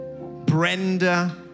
Brenda